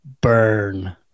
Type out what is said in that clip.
Burn